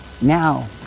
Now